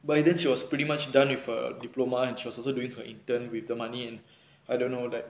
by then she was pretty much done with her diploma and she was also doing her intern with the money and I don't know all that